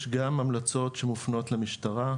יש גם המלצות שמופנות למשטרה,